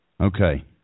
Okay